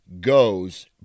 goes